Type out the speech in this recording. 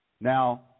Now